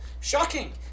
shocking